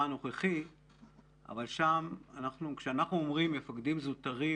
הנוכחי אבל כשאנחנו אומרים מפקדים זוטרים